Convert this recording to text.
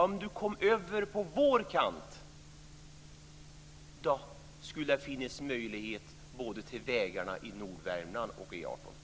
Om han kom över på vår kant skulle det finnas möjligheter både för vägarna i Nordvärmland och för E 18.